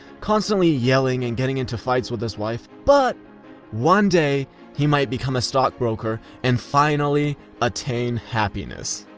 constantly yelling and getting into fights with his wife, but one day he might become a stockbroker and finally attain happiness.